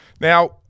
Now